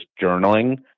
journaling